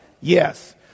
Yes